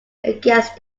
against